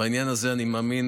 בעניין הזה אני מאמין,